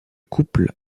couple